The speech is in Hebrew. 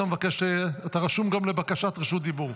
אתה רשום גם לבקשת רשות דיבור,